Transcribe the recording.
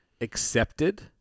accepted